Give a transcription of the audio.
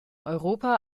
europa